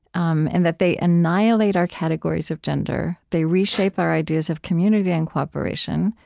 um and that they annihilate our categories of gender. they reshape our ideas of community and cooperation.